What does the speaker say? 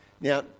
Now